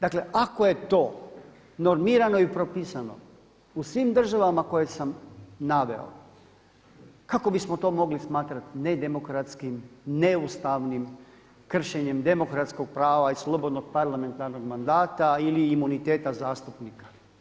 Dakle, ako je to normirano i propisano u svim državama koje sam naveo kao bismo to mogli smatrati nedemokratskim, neustavnim, kršenjem demokratskog prava i slobodnog parlamentarnog mandata ili imuniteta zastupnika.